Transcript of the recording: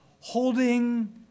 holding